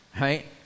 Right